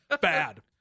bad